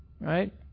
right